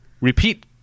repeat